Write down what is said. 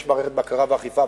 יש מערכת בקרה ואכיפה,